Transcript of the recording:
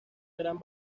gran